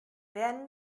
werden